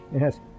Yes